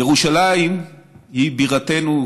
ירושלים היא בירתנו,